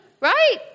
right